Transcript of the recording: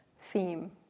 theme